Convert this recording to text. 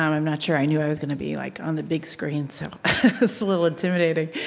um i'm not sure i knew i was gonna be like on the big screen so it's a little intimidating.